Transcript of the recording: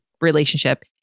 relationship